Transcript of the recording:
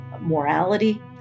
morality